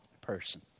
person